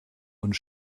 und